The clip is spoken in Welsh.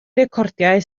recordiau